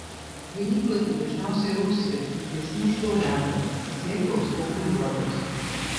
vainiklapiai dažniausiai rausvi ilgesni už taurelę sėklos kauburiuotos